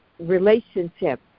relationship